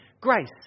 Grace